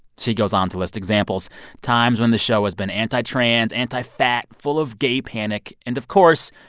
she goes on to list examples times when the show has been anti-trans, anti-fat, full of gay panic and, of course,